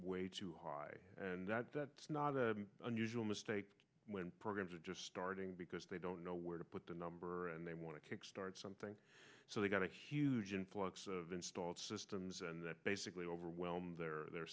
way too high and that it's not unusual mistake when programs are just starting because they don't know where to put the number they want to kickstart something so they got a huge influx of installed systems and that basically overwhelmed their